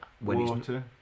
water